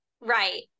right